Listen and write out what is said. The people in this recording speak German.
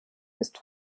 ist